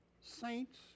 saints